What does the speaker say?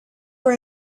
were